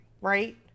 right